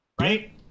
right